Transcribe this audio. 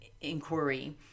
inquiry